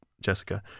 Jessica